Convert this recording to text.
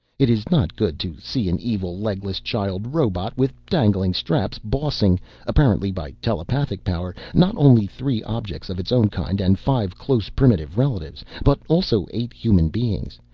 it is not good to see an evil legless child robot with dangling straps bossing apparently by telepathic power not only three objects of its own kind and five close primitive relatives, but also eight human beings.